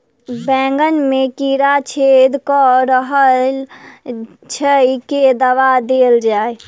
बैंगन मे कीड़ा छेद कऽ रहल एछ केँ दवा देल जाएँ?